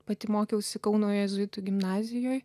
pati mokiausi kauno jėzuitų gimnazijoj